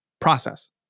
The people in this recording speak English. process